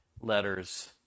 letters